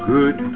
Good